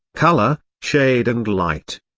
color, shade and light.